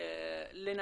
כן לנצל,